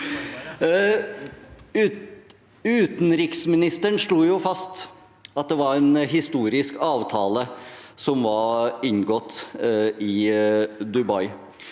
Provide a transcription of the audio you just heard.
Utenriksministeren slo fast at det var en historisk avtale som var inngått i Dubai.